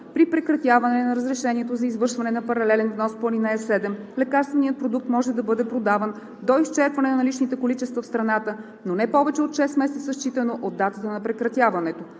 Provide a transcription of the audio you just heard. При прекратяване на разрешението за извършване на паралелен внос по ал. 7 лекарственият продукт може да бъде продаван до изчерпване на наличните количества в страната, но не повече от шест месеца, считано от датата на прекратяването.